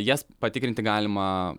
jas patikrinti galima